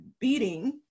beating